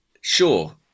sure